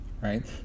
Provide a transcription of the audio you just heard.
right